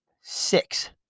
six